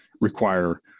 require